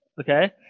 okay